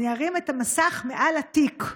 אני ארים את המסך מעל התיק.